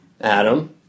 Adam